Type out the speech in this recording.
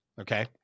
Okay